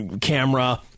camera